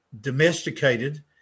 domesticated